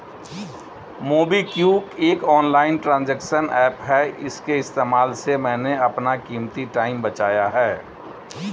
MobiKwik एक online transaction app है इसके इस्तेमाल से मैंने अपना कीमती टाइम बचाया है